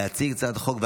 להציג את הצעת החוק,